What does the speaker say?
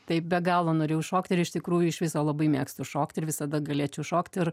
taip be galo norėjau šokti ir iš tikrųjų iš viso labai mėgstu šokti ir visada galėčiau šokti ir